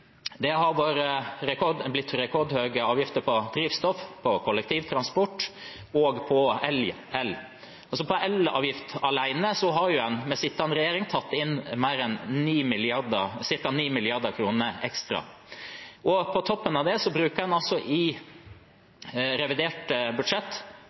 Det har blitt rekordhøye avgifter på drivstoff, på kollektivtransport og på el. På elavgift alene har en med sittende regjering tatt inn ca. 9 mrd. kr ekstra. På toppen av det bruker en altså i revidert budsjett